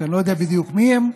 שאני לא יודע בדיוק מי הם,